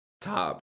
top